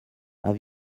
have